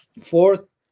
Fourth